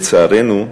לצערנו,